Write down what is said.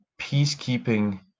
peacekeeping